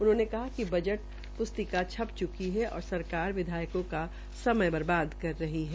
उन्होंने कहा कि बजट प्स्तिका छप च्की है और सरकार विधायकों का समय बर्बाद कर रही है